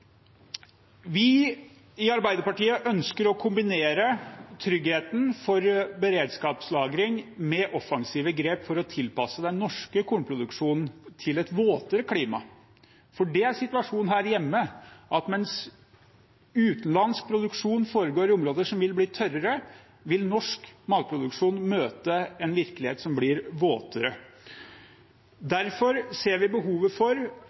Vi i Arbeiderpartiet ønsker å kombinere tryggheten for beredskapslagring med offensive grep for å tilpasse den norske kornproduksjonen til et våtere klima, for det er situasjonen her hjemme; mens utenlandsk produksjon foregår i områder som vil bli tørrere, vil norsk matproduksjon møte en virkelighet som blir våtere. Derfor ser vi behovet for